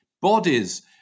bodies